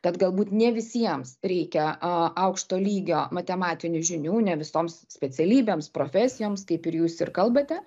tad galbūt ne visiems reikia a aukšto lygio matematinių žinių ne visoms specialybėms profesijoms kaip ir jūs ir kalbate